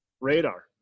radar